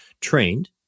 trained